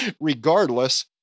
regardless